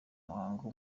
muhango